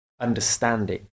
understanding